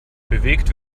bewegt